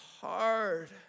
hard